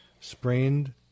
sprained